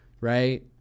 right